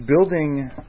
building